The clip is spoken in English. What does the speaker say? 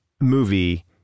movie